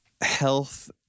Health